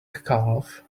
calf